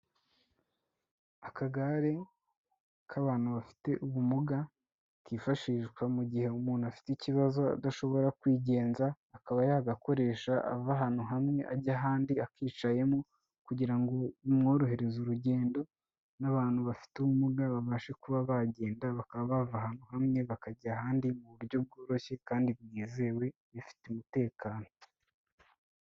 Akagare k'abantu bafite ubumuga kifashishwa mu gihe umuntu afite ikibazo adashobora kwigenza, akaba yagakoresha ava ahantu hamwe ajya ahandi akicayemo kugira ngo bimworoheze urugendo, n'abantu bafite ubumuga babashe kuba bagenda bakaba bava ahantu hamwe bakajya ahandi mu buryo bworoshye kandi bwizewe bifite umutekano.